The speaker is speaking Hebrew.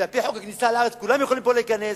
ועל-פי חוק הכניסה לארץ כולם יכולים להיכנס.